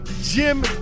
Jim